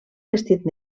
vestit